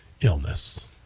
illness